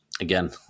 again